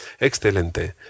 Excelente